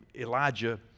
Elijah